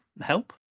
help